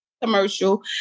Commercial